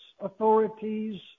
authorities